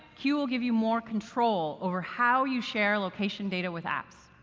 q will give you more control over how you share location data with apps.